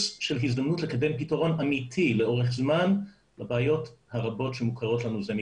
של הזדמנות לקדם פתרון אמיתי לאורך זמן לבעיות המוכרות לנו זה מכבר.